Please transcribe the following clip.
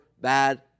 bad